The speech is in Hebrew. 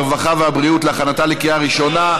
הרווחה והבריאות להכנתה לקריאה ראשונה.